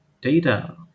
data